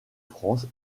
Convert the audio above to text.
france